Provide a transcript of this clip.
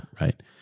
right